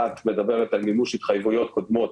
אחת מדברת על מימוש התחייבויות קודמות